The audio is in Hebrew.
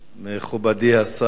מכובדי השר,